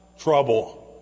trouble